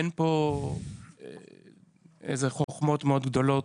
אין כאן חכמות מאוד גדולות.